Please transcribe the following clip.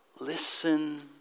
Listen